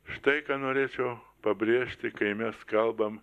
štai ką norėčiau pabrėžti kai mes kalbam